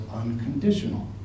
unconditional